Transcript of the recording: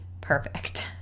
perfect